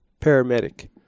paramedic